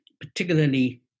particularly